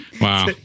Wow